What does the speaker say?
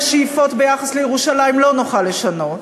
שאיפות ביחס לירושלים לא נוכל לשנות.